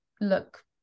look